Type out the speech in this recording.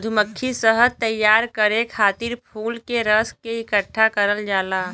मधुमक्खी शहद तैयार करे खातिर फूल के रस के इकठ्ठा करल जाला